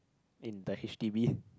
in the h_d_b